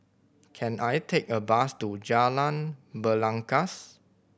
can I take a bus to Jalan Belangkas